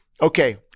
Okay